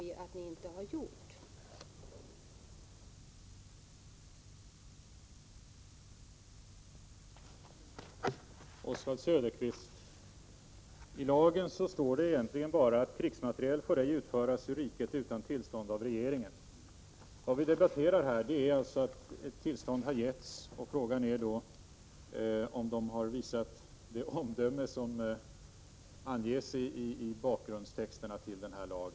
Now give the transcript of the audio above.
Vi anser att ni inte har gjort någon sådan prövning.